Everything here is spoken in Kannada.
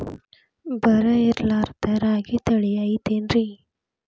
ಬರ ಇರಲಾರದ್ ರಾಗಿ ತಳಿ ಐತೇನ್ರಿ?